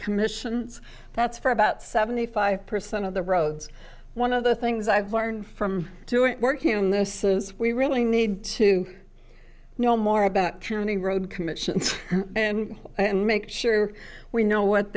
commission that's for about seventy five percent of the roads one of the things i've learned from to it working on this is we really need to know more about turning road commissions and make sure we know what